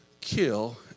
kill